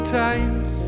times